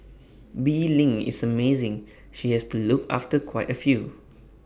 bee Ling is amazing she has to look after quite A few